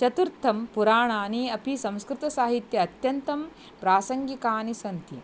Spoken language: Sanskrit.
चतुर्थं पुराणानि अपि संस्कृतसाहित्ये अत्यन्तं प्रासङ्गिकानि सन्ति